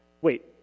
Wait